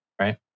right